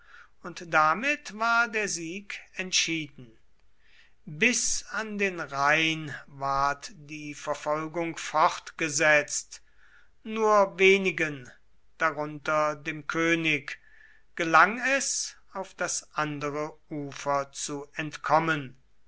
und damit war der sieg entschieden bis an den rhein ward die verfolgung fortgesetzt nur wenigen darunter dem könig gelang es auf das andere ufer zu entkommen